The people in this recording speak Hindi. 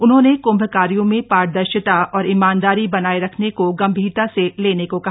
उन्होंने कम्भ कार्यों में पारदर्शिता और ईमानदारी बनाएं रखने को गम्भीरता से लेने को कहा